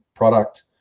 product